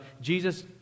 Jesus